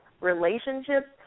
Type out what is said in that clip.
relationships